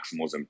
maximalism